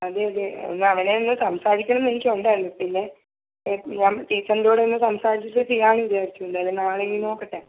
അതെ അതെ ഒന്ന് അവനെ ഒന്ന് സംസാരിക്കണം എന്ന് എനിക്കുണ്ടായിരുന്നു പിന്നെ ഞാൻ ടീച്ചറിൻ്റെ കൂടെ ഒന്ന് സംസാരിച്ചിട്ട് ചെയ്യാമെന്ന് വിചാരിച്ചു എന്തായാലും നാളെ ഒന്ന് നോക്കട്ടെ